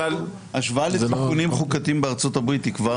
השוואה לתיקונים חוקתיים בארצות הברית היא כבר